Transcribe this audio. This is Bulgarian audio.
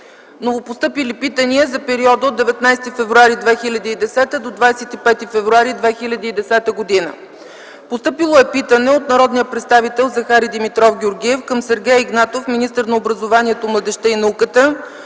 Новопостъпили питания за периода от 19 до 25 февруари 2010 г.: Питане от народния представител Захари Димитров Георгиев към Сергей Игнатов, министър на образованието, младежта и науката,